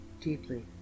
deeply